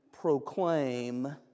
Proclaim